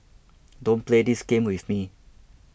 don't play this game with me